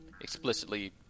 explicitly